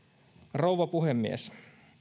rouva puhemies